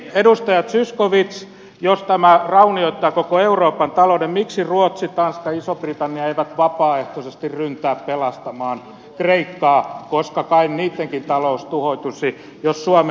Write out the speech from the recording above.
edustaja zyskowicz jos tämä raunioittaa koko euroopan talouden miksi ruotsi tanska iso britannia eivät vapaaehtoisesti ryntää pelastamaan kreikkaa koska kai niittenkin talous tuhoutuisi jos suomen